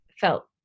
felt